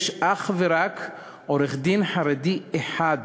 יש אך ורק עורך-דין חרדי אחד,